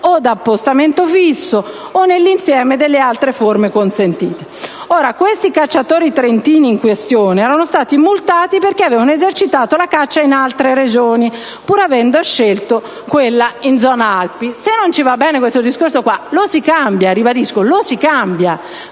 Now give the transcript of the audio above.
da appostamento fisso o nell'insieme delle altre forme consentite. I cacciatori trentini in questione erano stati multati perché avevano esercitato la caccia in altre regioni, pur avendo scelto quella in zona Alpi. Se questo principio non ci va bene, lo si cambi